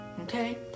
Okay